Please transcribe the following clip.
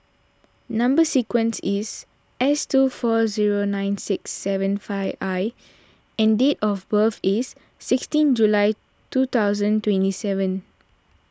Number Sequence is S two four zero nine six seven five I and date of birth is sixteen July two thousand twenty seven